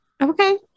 okay